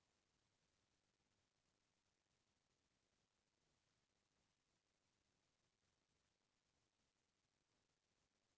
वैसे आजकाल सब्बो डहर भेड़ी पोसत हें फेर हमर देस के राजिस्थान म बनेच कन भेड़ी पालन होथे